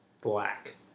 Black